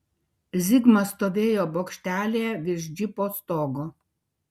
zigmas stovėjo bokštelyje virš džipo stogo